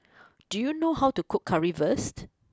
do you know how to cook Currywurst